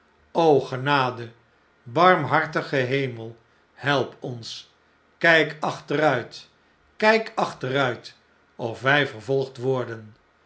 genade barmhartige hemel help ons i kp achteruit kijk achteruit of wjj vervolgd worden